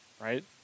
right